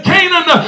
Canaan